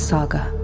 Saga